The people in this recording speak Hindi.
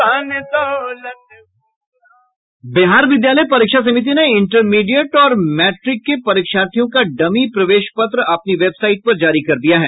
बिहार विद्यालय परीक्षा समिति ने इंटरमीडिएट और मैट्रिक के परीक्षार्थियों का डमी प्रवेश पत्र अपनी वेबसाईट पर जारी किया है